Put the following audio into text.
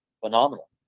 phenomenal